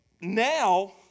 now